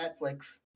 Netflix